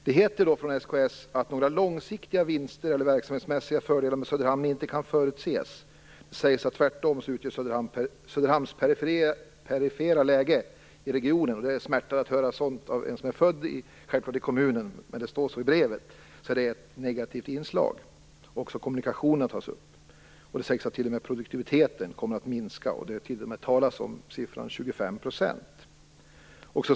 Det heter från SKS att några långsiktiga vinster eller verksamhetsmässiga fördelar med Söderhamn inte kan förutses. Tvärtom sägs det i brevet att Söderhamns perifera läge i regionen utgör ett negativt inslag - även om det smärtar att höra sådant av en som är född i kommunen. Också kommunikationerna tas upp. Det sägs t.o.m. att produktiviteten kommer att minska, och det talas om siffran 25 %.